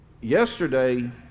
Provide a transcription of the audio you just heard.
Yesterday